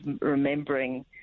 remembering